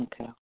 Okay